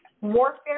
warfare